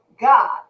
God